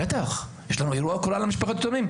בטח, יש לנו אירוע הוקרה למשפחות יתומים.